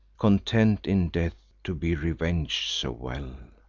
content, in death, to be reveng'd so well.